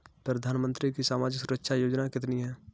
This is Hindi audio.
प्रधानमंत्री की सामाजिक सुरक्षा योजनाएँ कितनी हैं?